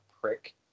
prick